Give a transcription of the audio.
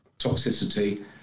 toxicity